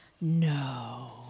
No